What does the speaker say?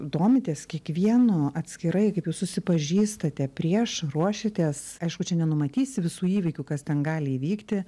domitės kiekvienu atskirai kaip jūs susipažįstate prieš ruošiatės aišku čia nenumatysi visų įvykių kas ten gali įvykti